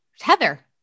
Heather